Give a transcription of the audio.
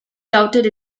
doubted